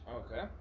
okay